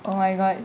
oh my god